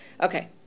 Okay